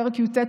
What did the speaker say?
פרק י"ט,